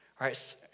right